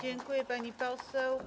Dziękuję, pani poseł.